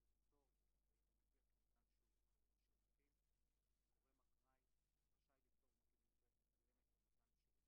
יש לנו הזכות לעסוק בנושא תקנות שוויון זכויות לאנשים עם